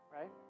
right